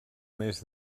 més